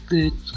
Good